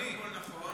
קודם כול, נכון.